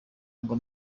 ngo